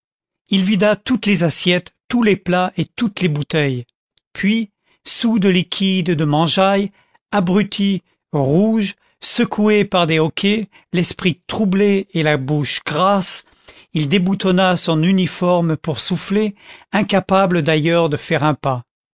il vida toutes les assiettes tous les plats et toutes les bouteilles puis saoul de liquide et de mangeaille abruti rouge secoué par des hoquets l'esprit troublé et la bouche grasse il déboutonna son uniforme pour souffler incapable d'ailleurs de faire un pas